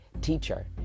teacher